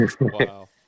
Wow